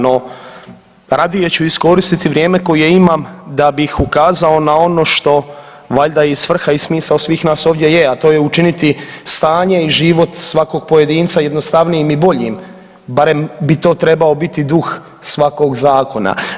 No, radije ću iskoristiti vrijeme koje imam da bih ukazao na ono što valjda i svrha i smisao svih nas ovdje je, a to je učiniti stanje i život svakog pojedinca jednostavnijim i boljim, barem bi to trebao biti duh svakog zakona.